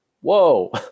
Whoa